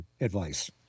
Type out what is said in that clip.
advice